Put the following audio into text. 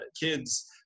kids